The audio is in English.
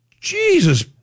Jesus